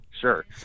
Sure